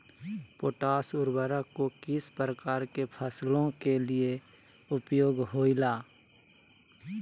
Potash उर्वरक को किस प्रकार के फसलों के लिए उपयोग होईला?